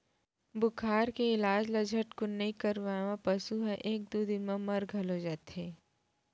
बुखार के इलाज ल झटकुन नइ करवाए म पसु ह एक दू दिन म मर घलौ जाथे